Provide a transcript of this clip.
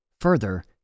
Further